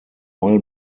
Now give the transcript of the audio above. oil